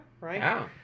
right